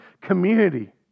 community